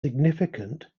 significant